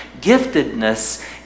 Giftedness